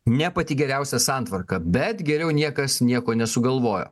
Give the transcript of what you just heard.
ne pati geriausia santvarka bet geriau niekas nieko nesugalvojo